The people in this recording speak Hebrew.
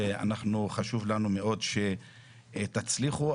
וחשוב לנו מאוד שתצליחו.